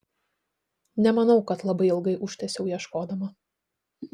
nemanau kad labai ilgai užtęsiau ieškodama